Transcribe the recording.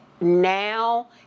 now